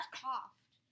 coughed